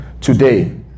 today